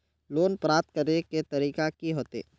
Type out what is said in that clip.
Loan प्राप्त करे के तरीका की होते?